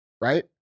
right